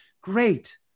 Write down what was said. Great